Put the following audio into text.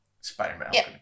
Spider-Man